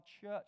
church